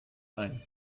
ein